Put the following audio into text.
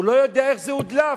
הוא לא יודע איך זה הודלף,